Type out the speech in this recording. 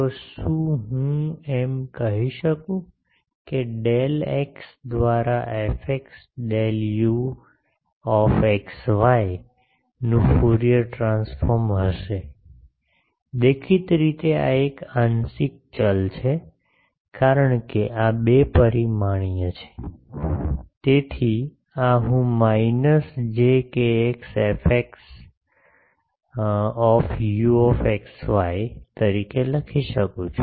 તો શું હું એમ કહી શકું છું કે ડેલ એક્સ દ્વારા Fx del u x y નું ફ્યુરિયર ટ્રાન્સફોર્મ હશે દેખીતી રીતે આ એક આંશિક ચલ છે કારણ કે આ બે પરિમાણીય છે તેથી આ હું minus j kx Fx u તરીકે લખી શકું છું